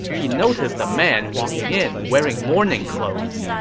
he noticed a man walking in wearing mourning clothes.